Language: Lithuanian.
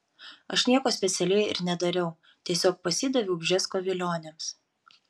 aš nieko specialiai ir nedariau tiesiog pasidaviau bžesko vilionėms